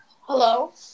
Hello